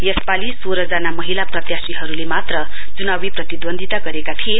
यसपालि सोहजना महिला प्रत्याशीहरुले मात्र चुनावी प्रतिदून्दिता गरेका थिए